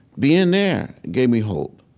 being there gave me hope.